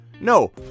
No